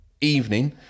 evening